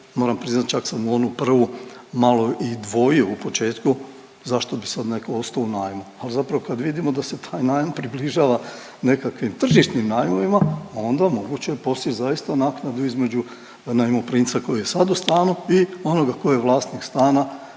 Moram priznat čak sam u onu prvu malo i dvojio u početku zašto bi sad netko ostao u najmu. Ali zapravo kad vidimo da se taj najam približava nekakvim tržišnim najmovima, onda moguće je postići zaista naknadu između najmoprimca koji je sad u stanu i onoga tko je vlasnik stana